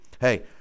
Hey